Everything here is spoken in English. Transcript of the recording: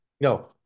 No